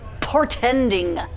portending